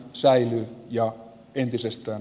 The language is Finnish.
sain jo entisestä